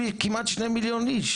כמעט שני מיליון איש.